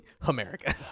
america